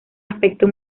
aspecto